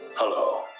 Hello